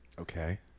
Okay